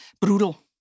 brutal